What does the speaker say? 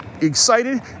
excited